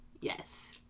Yes